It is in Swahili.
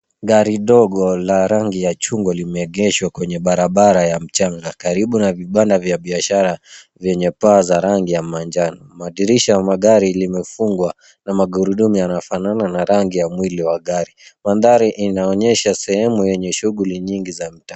Gari dogo la rangi ya chungwa limeegeshwa kwenye barabara ya mchanga karibu na vibanda vya biashara vyenye paa za rangi ya manjano. Madirisha ya magari limefungwa na magurudumu yanayofanana na rangi ya mwili wa gari. Mandhari inaonyesha sehemu yenye shughuli nyingi za mtaani.